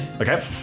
okay